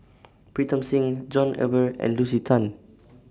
Pritam Singh John Eber and Lucy Tan